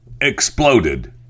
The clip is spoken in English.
exploded